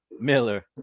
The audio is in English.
miller